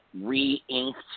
re-inked